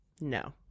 No